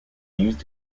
used